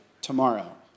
tomorrow